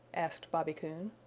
asked bobby coon.